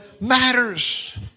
matters